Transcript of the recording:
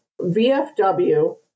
VFW